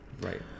right